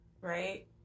right